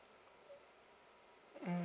mm